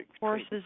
horses